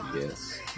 yes